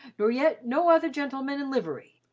nor yet no other gentleman in livery,